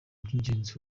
by’ingenzi